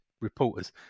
reporters